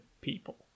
people